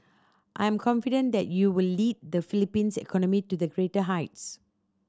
I am confident that you will lead the Philippines economy to the greater heights